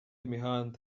imihanda